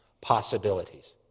possibilities